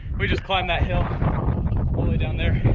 we just climbed that hill all the way down there